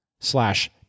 slash